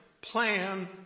plan